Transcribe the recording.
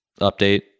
update